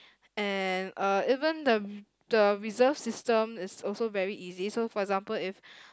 and uh even the the reserve system is also very easy so for example if